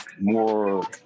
more